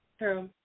true